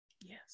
Yes